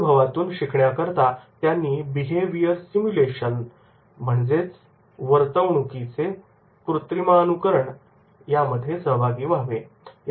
अनुभवातून शिकण्याकरता त्यांनी बिहेवियर सिमुलेशनमध्ये सहभागी व्हावे